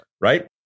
right